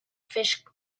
fishing